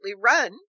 run